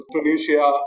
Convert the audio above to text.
Tunisia